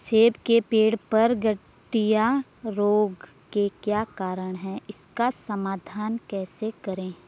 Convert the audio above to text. सेब के पेड़ पर गढ़िया रोग के क्या कारण हैं इसका समाधान कैसे करें?